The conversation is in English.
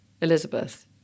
Elizabeth